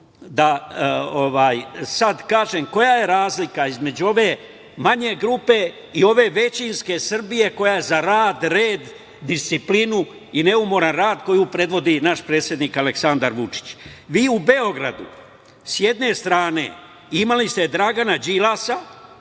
da sad kažem koja je razlika između ove manje grupe i ove većinske Srbije koja je za rad, red, disciplinu i neumoran rad, koju predvodi naš predsednik Aleksandar Vučić? Vi u Beogradu s jedne strane imali ste Dragana Đilasa,